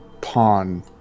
pawn